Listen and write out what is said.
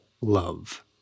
Love